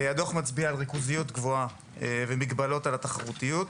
והדוח מצביע על ריכוזיות גבוהה ומגבלות על התחרותיות.